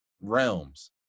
realms